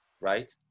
right